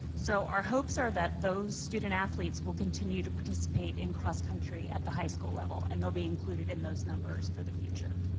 so our hopes are that those student athletes will continue to participate in cross country at the high school level, and they'll be included in those numbers for the future.